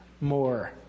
more